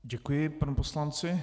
Děkuji panu poslanci.